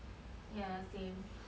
ya same